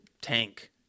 tank